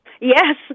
Yes